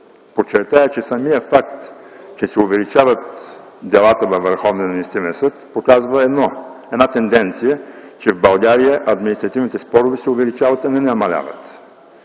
подчертая тук, че самият факт, че се увеличават делата във Върховния административен съд показва една тенденция, че в България административните спорове се увеличават, а не намаляват.